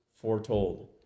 foretold